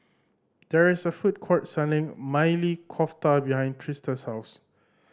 there is a food court selling Maili Kofta behind Trista's house